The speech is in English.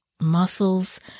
muscles